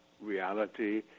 reality